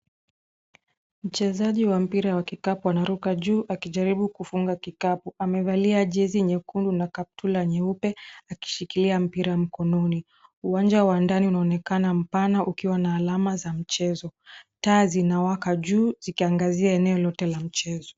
Mchezaji wa mpira wa kikapu anaruka juu akijaribu kufunga kikapu. Amevalia jezi nyekundu na kaptura nyeupe akishikilia mpira mkononi. Uwanja wa ndani unaonekana mpana ukiwa na alama za mchezo. Taa zinawaka juu zikiangazia eneo lote la mchezo.